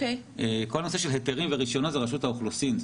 כל נושא היתרים ורישיונות זה רשות האוכלוסין,